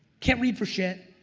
can't read for shit,